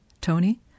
Tony